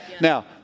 Now